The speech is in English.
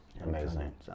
Amazing